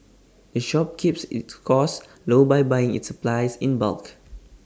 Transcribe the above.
the shop keeps its costs low by buying its supplies in bulk